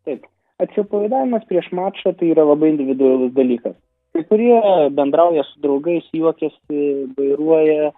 taip atsipalaidavimas prieš mačą tai yra labai individualus dalykas kai kurie bendrauja su draugais juokiasi vairuoja